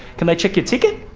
can they check your ticket?